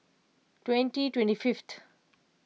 twenty twenty fifth